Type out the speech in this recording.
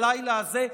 הלילה הזה,